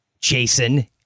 Jason